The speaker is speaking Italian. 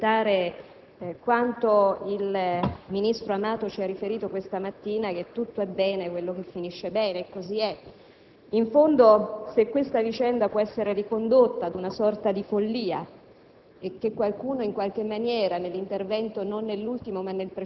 verrebbe quasi da sostenere, nell'ascoltare quanto il ministro Amato ha riferito questa mattina, che tutto è bene quel che finisce bene, e così è.